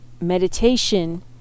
meditation